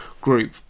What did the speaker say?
group